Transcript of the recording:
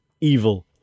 evil